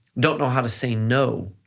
don't know how to say, no,